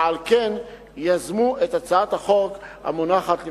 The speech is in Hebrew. ועל כן יזמו את הצעת החוק המונחת לפניכם.